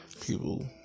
people